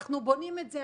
אנחנו בונים את זה,